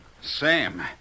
Sam